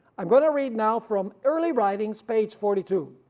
i'm going to read now from early writings page forty two.